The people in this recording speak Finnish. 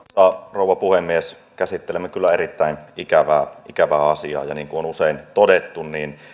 rouva puhemies käsittelemme kyllä erittäin ikävää asiaa ja niin kuin on usein todettu